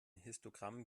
histogramm